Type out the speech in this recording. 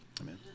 Amen